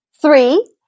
Three